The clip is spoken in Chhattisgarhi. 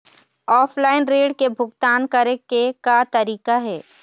ऑफलाइन ऋण के भुगतान करे के का तरीका हे?